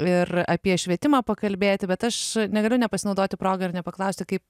ir apie švietimą pakalbėti bet aš negaliu nepasinaudoti proga ir nepaklausti kaip